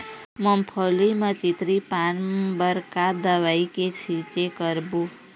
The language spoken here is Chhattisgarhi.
मूंगफली म चितरी पान बर का दवई के छींचे करबो?